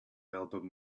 elbowed